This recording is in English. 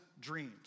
dreams